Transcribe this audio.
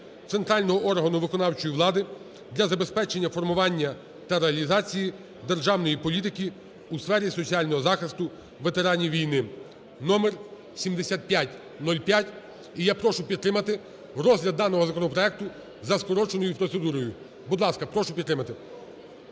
центрального органу виконавчої влади для забезпечення формування та реалізації державної політики у сфері соціального захисту ветеранів війни (№ 7505). І я прошу підтримати розгляд даного законопроекту за скороченою процедурою. Будь ласка, прошу підтримати.